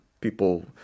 people